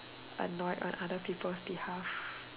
annoyed on other people's behalf